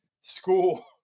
school